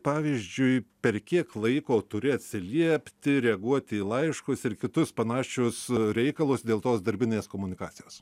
pavyzdžiui per kiek laiko turi atsiliepti reaguoti į laiškus ir kitus panašius reikalus dėl tos darbinės komunikacijos